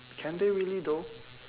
can they really though